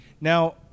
Now